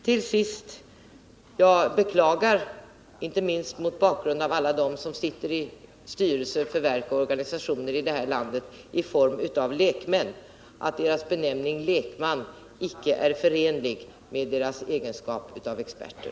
Till sist: Jag beklagar, inte minst mot bakgrund av alla dem som sitter i styrelsen för verk och organisationer i det här landet som lekmän, att deras benämning lekmän icke är förenlig med deras egenskap av experter.